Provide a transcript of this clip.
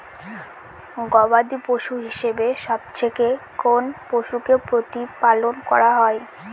গবাদী পশু হিসেবে সবচেয়ে কোন পশুকে প্রতিপালন করা হয়?